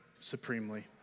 supremely